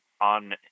on